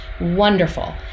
wonderful